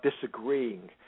disagreeing